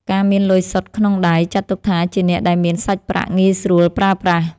ការមានលុយសុទ្ធក្នុងដៃ ចាត់ទុកថាជាអ្នកដែលមានសាច់ប្រាក់ងាយស្រួលប្រើប្រាស់។